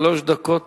שלוש דקות